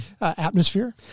atmosphere